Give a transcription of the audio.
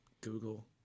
Google